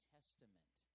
Testament